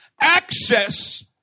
Access